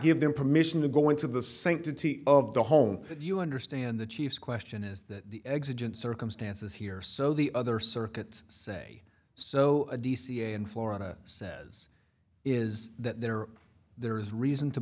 give them permission to go into the sanctity of the home if you understand the chief question is that the existence circumstances here so the other circuits say so dca in florida says is that there there is reason to